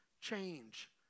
change